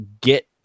get